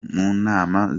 munama